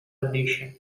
nation